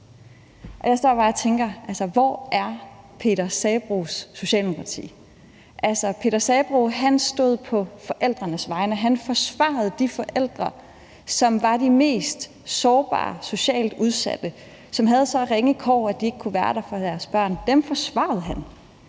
bare tænker: Hvor er Peter Sabroes Socialdemokrati? Peter Sabroe stod på forældrenes side. Han forsvarede de forældre, som var de mest sårbare socialt udsatte, og som havde så ringe kår, at de ikke kunne være der for deres børn. Dem forsvarede han.